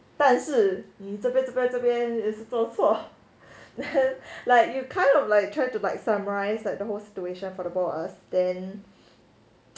但是你这边这边又是做错 then like you kind of like try to summarize the whole situation for the both of us then for us then